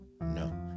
No